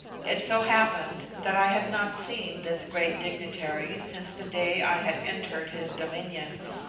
it so happened that i had not seen this great dignitary since the day i had entered his dominions,